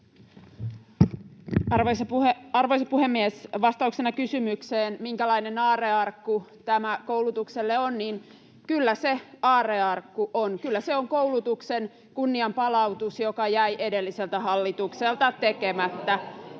Arvoisa puhemies! Vastauksena kysymykseen, minkälainen aarrearkku tämä koulutukselle on, niin kyllä se aarrearkku on. Kyllä se on koulutuksen kunnianpalautus, joka jäi edelliseltä hallitukselta tekemättä.